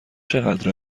چقدر